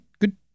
good